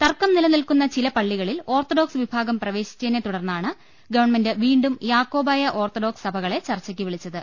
തർക്കം നിലനിൽക്കുന്ന ചില പള്ളികളിൽ ഓർത്തഡോക്സ് വിഭാഗം പ്രവേശിച്ചതിനെ തുടർന്നാണ് ഗവൺമെന്റ് വീണ്ടും യാക്കോബായ ഓർത്തഡോക്സ് സഭകളെ ചർച്ചക്ക് വിളിച്ചത്